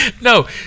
No